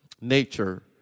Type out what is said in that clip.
nature